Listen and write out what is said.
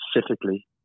specifically